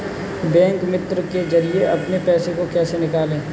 Bank मित्र के जरिए अपने पैसे को कैसे निकालें?